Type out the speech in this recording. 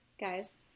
guys